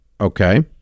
Okay